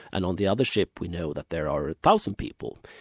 and on the other ship we know that there are a thousand people.